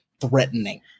threatening